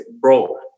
Bro